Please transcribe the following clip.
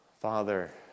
Father